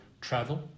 travel